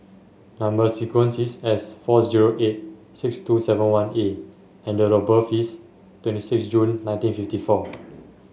number sequence is S four zero eight six two seven one A and date of birth is twenty six June nineteen fifty four